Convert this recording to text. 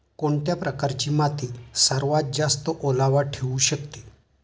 कोणत्या प्रकारची माती सर्वात जास्त ओलावा ठेवू शकते?